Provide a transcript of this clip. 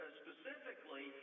specifically